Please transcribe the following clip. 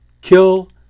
kill